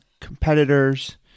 competitors